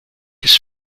his